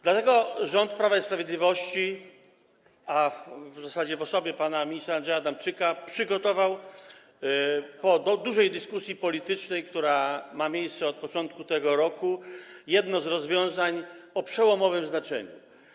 Dlatego rząd Prawa i Sprawiedliwości, w zasadzie w osobie pana ministra Andrzeja Adamczyka, przygotował do dużej dyskusji politycznej, która ma miejsce od początku tego roku, jedno z rozwiązań o przełomowym znaczeniu.